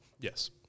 Yes